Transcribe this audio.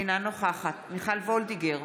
אינה נוכחת מיכל וולדיגר,